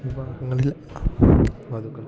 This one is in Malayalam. വിവാഹങ്ങളിൽ വധുക്കൾക്ക്